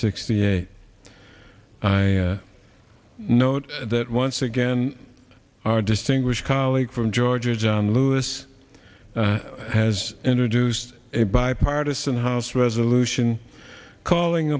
sixty eight i note that once again our distinguished colleague from georgia john lewis has introduced a bipartisan house resolution calling